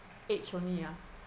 age only ah